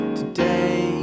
today